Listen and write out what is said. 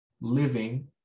living